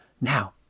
Now